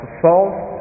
false